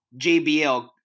JBL